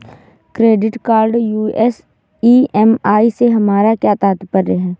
Credit card US EMI से हमारा क्या तात्पर्य है?